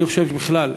אני חושב שבכלל,